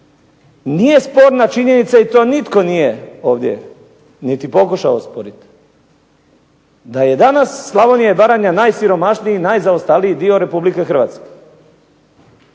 Nije sporna činjenica i to nitko nije ovdje niti pokušao osporiti, da je danas Slavonija i Branja najsiromašniji i najzaostaliji dio Republike Hrvatske.